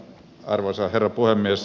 arvoisa herra puhemies